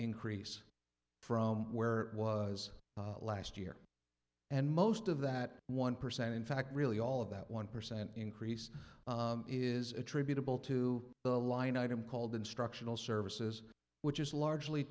increase from where it was last year and most of that one percent in fact really all of that one percent increase is attributable to the line item called instructional services which is largely